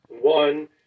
One